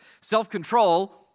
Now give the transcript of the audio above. Self-control